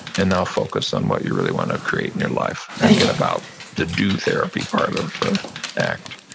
and now focus on what you really wanna create in your life. and get about the do therapy part of act.